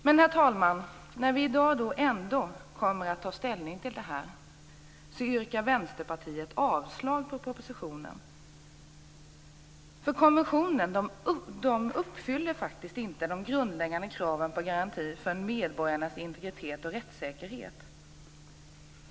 Men, herr talman, när vi i dag ändå kommer att ta ställning till det här yrkar Vänsterpartiet avslag på propositionen. Konventionen uppfyller nämligen inte de grundläggande kraven på garanti för medborgarnas integritet och rättssäkerhet.